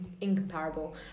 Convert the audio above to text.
incomparable